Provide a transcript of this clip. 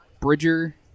Bridger